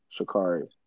Shakari